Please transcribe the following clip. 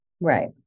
Right